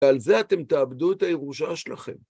על זה אתם תאבדו את הירושה שלכם.